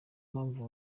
mpamvu